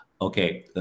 okay